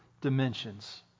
dimensions